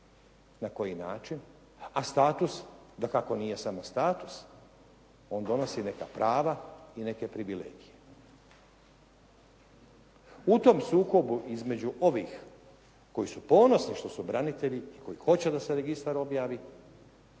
na koji način, a status dakako nije samo status. On donosi neka prava i neke privilegije. U tom sukobu između ovih koji su ponosni što su branitelji, koji hoće da se registar objavi